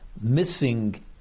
missing